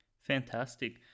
fantastic